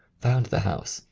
found the house,